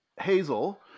Hazel